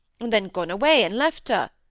and then gone away and left her.